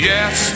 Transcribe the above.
Yes